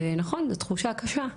נכון זו תחושה קשה,